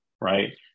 right